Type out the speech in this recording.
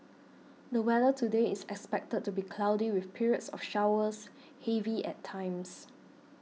the weather today is expected to be cloudy with periods of showers heavy at times